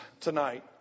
tonight